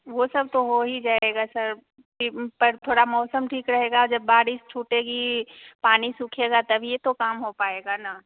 वो सब तो हो ही जाएगा सर पर थोड़ा मौसम ठीक रहेगा जब बारिश छूटेगी पानी सूखेगा तभी तो काम हो पाएगा ना